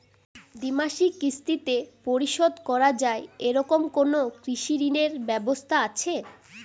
দ্বিমাসিক কিস্তিতে পরিশোধ করা য়ায় এরকম কোনো কৃষি ঋণের ব্যবস্থা আছে?